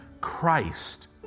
Christ